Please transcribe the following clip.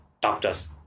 doctors